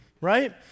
right